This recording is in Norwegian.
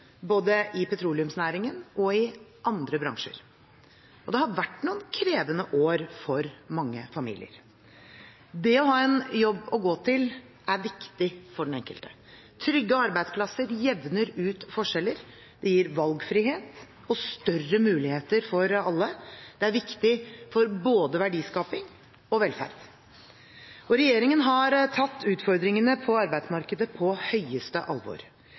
både i petroleumsnæringen og i andre bransjer. Det har vært noen krevende år for mange familier. Det å ha en jobb å gå til er viktig for den enkelte. Trygge arbeidsplasser jevner ut forskjeller, gir valgfrihet og større muligheter for alle – det er viktig for både verdiskaping og velferd. Regjeringen har tatt utfordringene på arbeidsmarkedet på høyeste alvor.